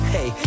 Hey